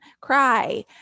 cry